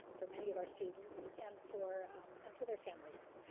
um for many of our students, and for and for their families.